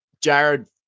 Jared